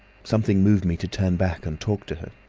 something moved me to turn back and talk to her.